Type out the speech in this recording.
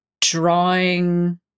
drawing